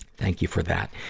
thank you for that.